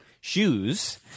shoes